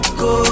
go